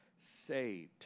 saved